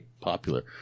popular